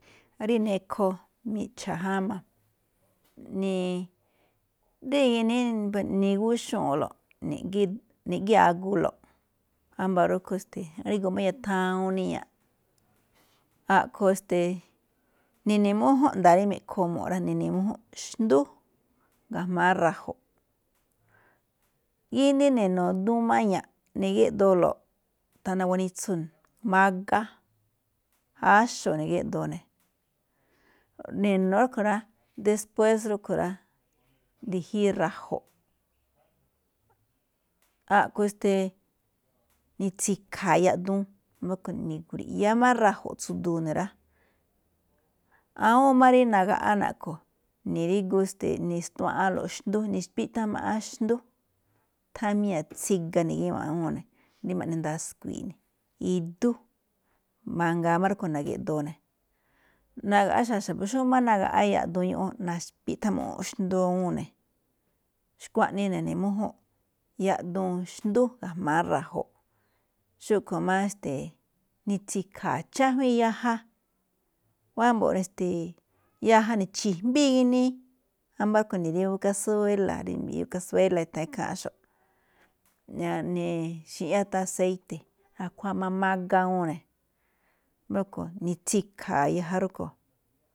Rí nekho miꞌcha̱ jáma̱, rí ginii ni̱gúxúu̱nꞌlo̱ꞌ niꞌgíi̱ꞌ, niꞌgíi̱ꞌ agulo̱ꞌ, wámba̱ rúꞌkhue̱n, ni̱rígu iya thawuun niña̱ꞌ, a̱ꞌkhue̱n esteeꞌ ne̱ne̱ mújúnꞌ rí nda̱a̱ rí me̱ꞌkho mu̱ꞌ rá, ne̱ne̱ mújúnꞌ xndú ga̱jma̱á ra̱jo̱ꞌ. Ginii ne̱ne̱ duun maña̱ꞌ ni̱geꞌdoolo̱ꞌ thana guanitsu, mágá, áxo̱, ne̱geꞌdoo ne̱. Ne̱no̱ rúꞌkhue̱n rá, después rúꞌkhue̱n rá, ndi̱jíi ra̱jo̱ꞌ, a̱ꞌkhue̱n esteeꞌ ni̱tsi̱kha̱a̱ yaꞌduun wámba̱ rúꞌkhue̱n ni̱grui̱yá máꞌ ra̱jo̱ꞌ tsu̱du̱u̱ ne̱ rá. Awúun máꞌ rí nagaꞌa ne̱ a̱ꞌkhue̱n ni̱rígu nistuaꞌánlo̱ꞌ xndú, ni̱xpiꞌthá maꞌán xndú, tháan míña̱ tsíga ni̱gíwa̱nꞌ awúun ne̱, rí ma̱ꞌne ndaskui̱i̱ꞌ, idú, mangaa máꞌ rúꞌkhue̱n na̱ge̱ꞌdoo ne̱, nagaꞌá xa̱xa̱, xómáꞌ nagaꞌá yaꞌduun ñúꞌún, na̱xpiꞌthá muꞌún xndú awúun ne̱. Xkuaꞌnii ne̱ne mújúnꞌ yaꞌduun xndú ga̱jma̱á ra̱jo̱ꞌ. Xúꞌkhue̱n máꞌ esteeꞌ, ni̱tsi̱kha̱a̱ chájuíin jaya, wámbo̱ꞌ esteeꞌ, yaja ni̱chi̱jmbíi ginii, wámba̱ rúꞌkhue̱n ne̱giewan kasuéla, kasuéla i̱tháán ikháa̱nꞌxo̱ꞌ, ni̱xi̱ꞌñá tháan aseite̱ akhuáa máꞌ mágá awúun ne̱, wámba̱ rúꞌkhue̱n ni̱tsi̱khaa yaja rúꞌkhue̱n.